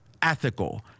ethical